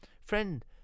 Friend